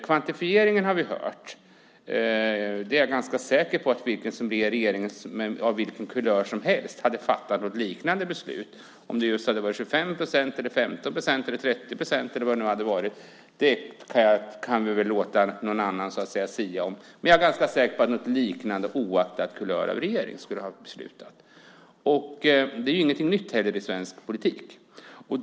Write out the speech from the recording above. Kvantifieringen har vi hört om. Jag är ganska säker på att vilken regering som helst av vilken kulör som helst hade fattat ett liknande beslut. Om det sedan hade gällt 25 procent, 15 procent, 30 procent eller vad det nu hade varit fråga om, det kan vi låta någon annan sia om. Men jag är ganska säker på att något liknande, oaktat kulör på regering, skulle ha beslutats. Det är ju heller ingenting nytt i svensk politik.